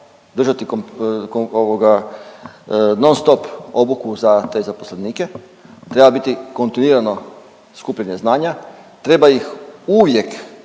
ovoga non stop obuku za te zaposlenike, treba biti kontinuirano skupljanje znanja, treba ih uvijek